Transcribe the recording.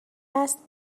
است